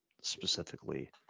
specifically